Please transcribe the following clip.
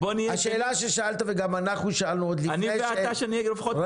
השאלה ששאלת וגם אנחנו שאלנו עוד לפני -- שנהיה לפחות כנים יחד,